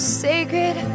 sacred